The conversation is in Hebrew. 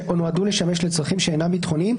או נועדו לשמש לצרכים שאינם ביטחוניים,